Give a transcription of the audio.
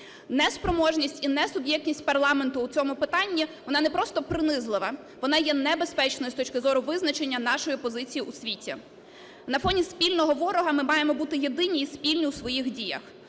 Неспроможність і несуб'єктність парламенту у цьому питанні, вона не просто принизлива, вона є небезпечною з точки зору визначення нашої позиції у світі. На фоні спільного ворога ми маємо бути єдині і спільні у своїх діях.